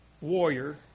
warrior